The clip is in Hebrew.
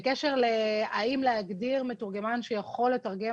בקשר לשאלה אם להגדיר מתורגמן שיכול לתרגם